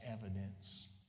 evidence